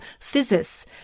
physis